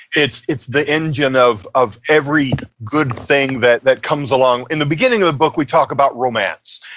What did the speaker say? it's it's the engine of of every good thing that that comes along. in the beginning of the book, we talk about romance,